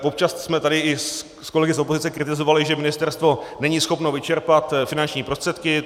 Občas jsme tady i s kolegy z opozice kritizovali, že ministerstvo není schopno vyčerpat finanční prostředky.